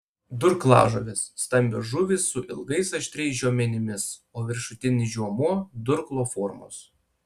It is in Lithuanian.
durklažuvės stambios žuvys su ilgais aštriais žiomenimis o viršutinis žiomuo durklo formos